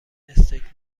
استیک